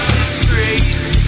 disgrace